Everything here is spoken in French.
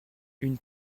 une